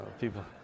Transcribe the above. people